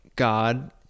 God